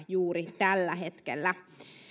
juuri tällä hetkellä